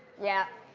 yeah,